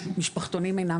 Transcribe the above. משפחתונים אינם